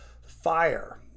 fire